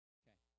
okay